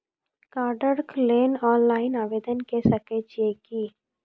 कार्डक लेल ऑनलाइन आवेदन के सकै छियै की?